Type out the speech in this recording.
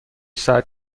ساعت